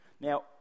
Now